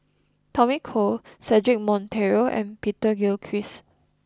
Tommy Koh Cedric Monteiro and Peter Gilchrist